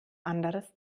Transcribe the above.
anderes